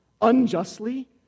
unjustly